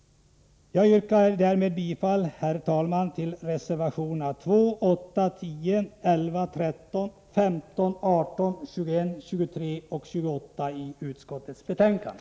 Jag yrkar därmed bifall till reservationerna 2, 8, 10, 11, 13, 15, 18, 21, 23 och 28 i utskottets betänkande.